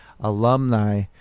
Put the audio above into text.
alumni